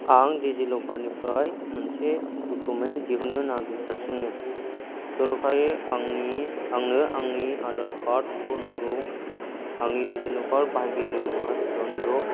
आं डिजिलकारनिफ्राय मोनसे डकुमेन्ट दिहुन्नो नागिरगासिनो जर'खायै आंनि आंनो आंनि आधार कार्डखौ नांगौ आंनि डिजिलकार बाहायगिरिनि मुङा जन द'